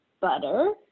butter